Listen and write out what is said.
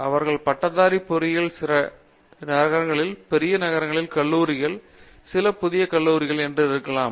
அவர்கள் பட்டதாரி பொறியியல் சிறிய நகரங்களில் பெரிய நகரங்களில் கல்லூரிகள் சில புதிய கல்லூரிகள் என்று இருக்கலாம்